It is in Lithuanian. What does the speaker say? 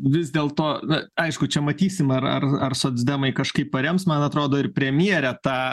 vis dėl to na aišku čia matysim ar ar ar socdemai kažkaip parems man atrodo ir premjerė tą